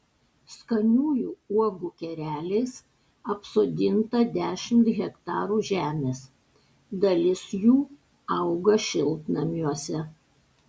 skaniųjų uogų kereliais apsodinta dešimt hektarų žemės dalis jų auga šiltnamiuose